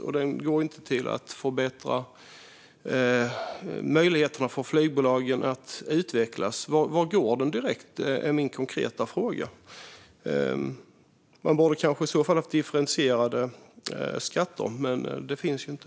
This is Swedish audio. Och den går inte till att förbättra möjligheterna för flygbolagen att utvecklas. Min konkreta fråga är: Vad går flygskatten till? Man borde kanske ha haft differentierade skatter, men det finns inte.